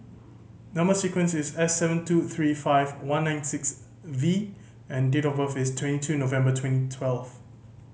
number sequence is S seven two three five one nine six V and date of birth is twenty two November twenty twelve